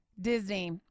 Disney